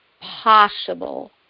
possible